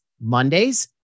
Mondays